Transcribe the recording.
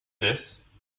this